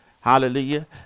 hallelujah